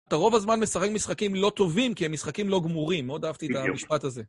אתה רוב הזמן משחק משחקים לא טובים, כי הם משחקים לא גמורים. מאוד אהבתי את המשפט הזה.